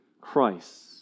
Christ